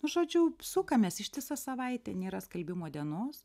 nu žodžiu sukamės ištisą savaitę nėra skalbimo dienos